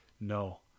no